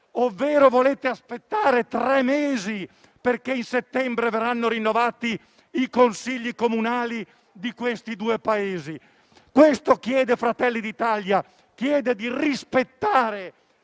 ovvero volete aspettare tre mesi, perché a settembre verranno rinnovati i Consigli comunali di questi due paesi? Questo chiede Fratelli d'Italia: rispettare